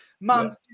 Man